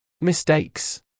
Mistakes